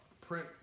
print